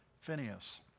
Phineas